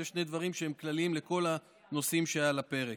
אלה שני דברים שהם כלליים לכל הנושאים שעל הפרק.